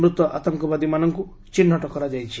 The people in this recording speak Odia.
ମୃତ ଆତଙ୍କବାଦୀମାନଙ୍କୁ ଚିହ୍ଟ କରାଯାଇଛି